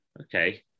okay